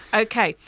okay.